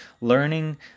learning